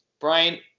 Brian